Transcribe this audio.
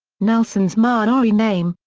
nelson's maori maori name,